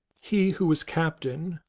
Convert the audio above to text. he who was captain,